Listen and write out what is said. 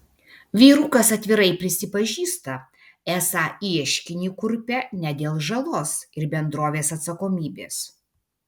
vyrukas atvirai prisipažįsta esą ieškinį kurpia ne dėl žalos ir bendrovės atsakomybės